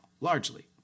largely